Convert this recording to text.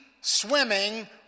swimming